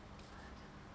<Z<